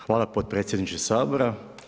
Hvala potpredsjedniče Sabora.